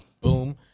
boom